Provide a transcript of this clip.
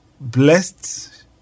blessed